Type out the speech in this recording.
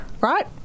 right